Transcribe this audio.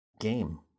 game